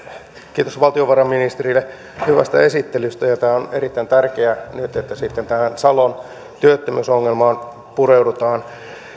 kiitos valtiovarainministerille hyvästä esittelystä on erittäin tärkeää nyt että tähän salon työttömyysongelmaan pureudutaan